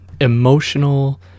emotional